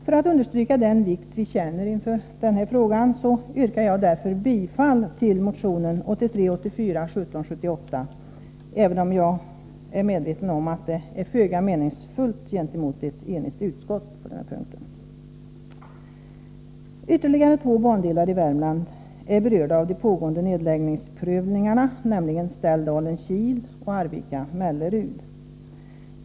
För att understryka den vikt som vi anser att denna fråga har yrkar jag bifall till motion 1983/84:1778, även om jag är medveten om att det är föga meningsfullt gentemot ett enigt utskott. Ytterligare två bandelar i Värmland är berörda av de pågående nedläggningsprövningarna, nämligen Ställdalen-Kil och Arvika-Mellerud.